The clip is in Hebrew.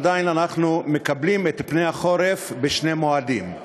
עדיין אנחנו מקבלים את פני החורף בשני מועדים: